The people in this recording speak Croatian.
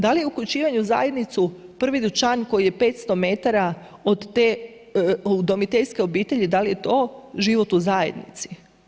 Da li je uključivanje u zajednicu prvi dućan koji je 500 metara od te udomiteljske obitelji, da li je to život u zajednici?